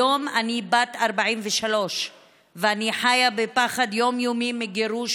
היום אני בת 43 ואני חיה בפחד יום-יומי מגירוש,